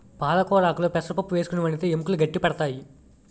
పాలకొరాకుల్లో పెసరపప్పు వేసుకుని వండితే ఎముకలు గట్టి పడతాయి